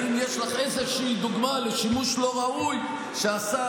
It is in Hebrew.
האם יש לך איזושהי דוגמה לשימוש לא ראוי שעשו